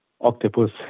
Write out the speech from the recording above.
octopus